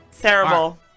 Terrible